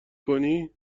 کنی